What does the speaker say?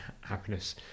happiness